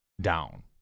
down